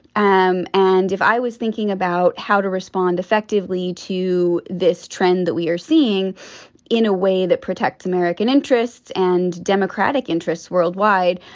um and if i was thinking about how to respond effectively to this trend that we are seeing in a way that protects american interests and democratic interests worldwide,